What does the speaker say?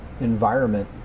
environment